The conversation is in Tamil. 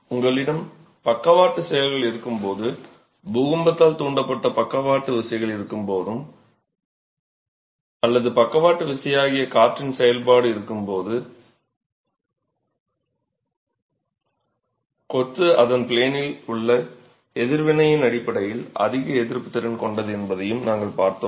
உங்களிடம் பக்கவாட்டுச் செயல்கள் இருக்கும்போது பூகம்பத்தால் தூண்டப்பட்ட பக்கவாட்டு விசைகள் இருக்கும்போது அல்லது பக்கவாட்டு விசையாகிய காற்றின் செயல்பாடு இருக்கும்போது கொத்து அதன் ப்ளேனில் உள்ள எதிர்வினையின் அடிப்படையில் அதிக எதிர்ப்புத் திறன் கொண்டது என்பதையும் நாங்கள் பார்த்தோம்